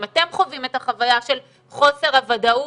אם אתם חווים את החוויה של חוסר הוודאות